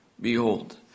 Behold